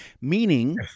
meaning-